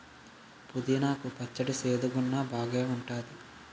పుదీనా కు పచ్చడి సేదుగున్నా బాగేఉంటాది